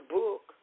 book